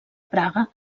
praga